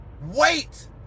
Wait